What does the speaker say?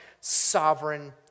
Sovereign